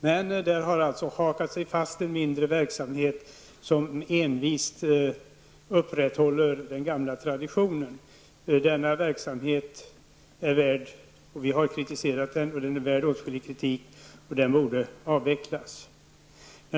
Men där har en mindre verksamhet hakat sig fast, som envist upprätthåller den gamla traditionen. Vi har kritiserat denna verksamhet. Den är värd åtskillig kritik. Den borde avvecklas.